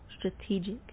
Strategic